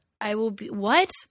I-will-be-what